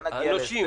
הנושים,